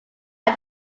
are